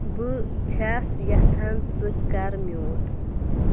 بہٕ چھس یژھان ژٕ کَر میوٗٹ